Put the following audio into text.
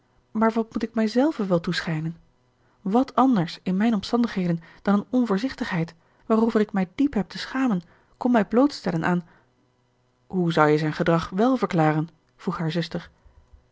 maar wat moet ik mijzelve wel toeschijnen wàt anders in mijn omstandigheden dan een onvoorzichtigheid waarover ik mij diep heb te schamen kon mij blootstellen aan hoe zou jij zijn gedrag wel verklaren vroeg haar zuster